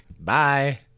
Bye